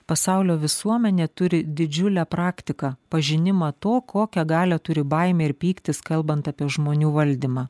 pasaulio visuomenė turi didžiulę praktiką pažinimą to kokią galią turi baimė ir pyktis kalbant apie žmonių valdymą